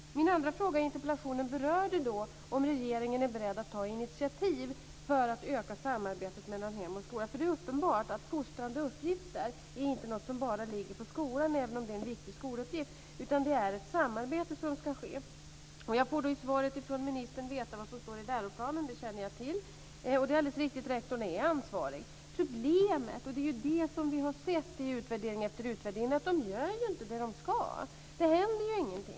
Min andra fråga i interpellationen berörde frågan om regeringen är beredd att ta initiativ för att öka samarbetet mellan hem och skola. Det är uppenbart att fostrande uppgifter inte är något som bara ligger på skolan, även om det är en viktig skoluppgift, utan det är ett samarbete som ska ske. Jag får då i svaret från ministern veta vad som står i läroplanen, och det känner jag till. Det är alldeles riktigt att rektorn är ansvarig. Problemet, och det är ju det som vi har sett i utvärdering efter utvärdering, är att de inte gör det som de ska göra. Det händer ju ingenting.